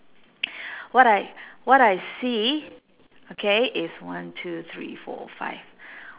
what I what I see okay is one two three four five